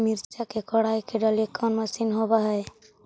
मिरचा के कोड़ई के डालीय कोन मशीन होबहय?